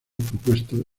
propuesto